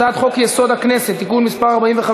הצעת חוק הרשות הארצית לכבאות והצלה (תיקון מס' 3),